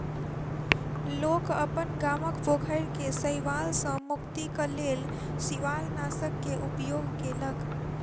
लोक अपन गामक पोखैर के शैवाल सॅ मुक्तिक लेल शिवालनाशक के उपयोग केलक